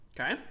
Okay